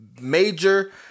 major